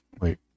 Wait